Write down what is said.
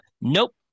Nope